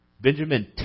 Benjamin